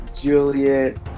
Juliet